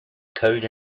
coded